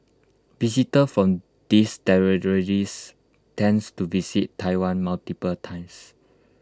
visitors from these territories tends to visit Taiwan multiple times